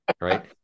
right